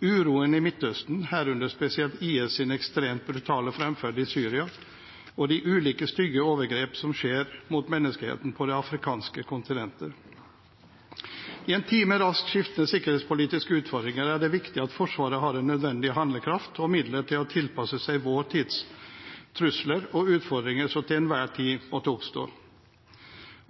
uroen i Midtøsten, herunder spesielt IS’ ekstremt brutale fremferd i Syria, og de ulike stygge overgrep som skjer mot menneskeheten på det afrikanske kontinentet. I en tid med raskt skiftende sikkerhetspolitiske utfordringer er det viktig at Forsvaret har den nødvendige handlekraft og midler til å tilpasse seg vår tids trusler og utfordringer som til enhver tid måtte oppstå.